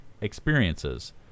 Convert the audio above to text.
experiences